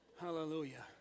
Hallelujah